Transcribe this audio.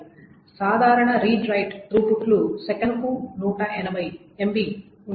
సాధారణ read write త్రూపుట్లు సెకనుకు 180 MB ఉంటుంది